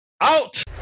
Out